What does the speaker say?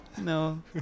No